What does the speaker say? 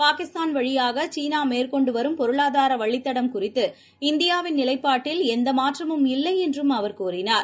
பாகிஸ்தான் வழியாகசீனாமேற்கொண்டுவரும் பொருளாதாரவழித்தடம் குறித்து இந்தியாவின் நிலைப்பாட்டில் எந்தமாற்றமும் இல்லைஎன்றும் அவர் கூறினார்